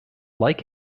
like